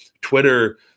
Twitter